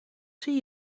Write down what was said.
zie